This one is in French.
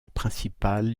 principal